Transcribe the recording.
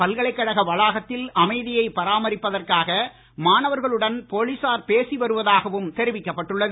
பல்கலைக்கழக வளாகத்தில் அமைதியை பராமரிப்பதற்காக மாணவர்களுடன் போலீசார் பேசி வருவதாகவும் தெரிவிக்கப்பட்டுள்ளது